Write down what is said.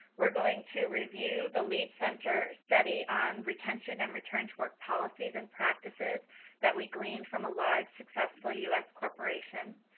we are going to review the lead center study on retention and return to work policies and practices that we gleaned from a large successful us corporation.